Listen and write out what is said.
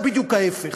או בדיוק ההפך?